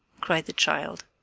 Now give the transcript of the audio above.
cried the child.